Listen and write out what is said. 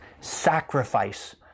sacrifice